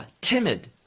timid